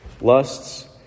lusts